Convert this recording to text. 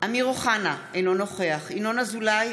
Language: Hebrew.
אמיר אוחנה, אינו נוכח ינון אזולאי,